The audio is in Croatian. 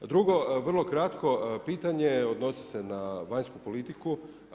Drugo, vrlo kratko pitanje odnosi se na vanjsku politiku.